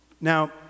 Now